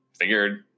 figured